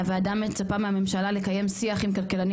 הוועדה מצפה מהממשלה לקיים שיח עם כלכלנים